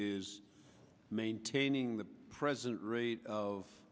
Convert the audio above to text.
is maintaining the present rate of